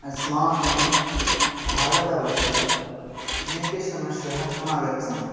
अस्माकं भारतवर्षे नैकाः समस्याः समागच्छन्ति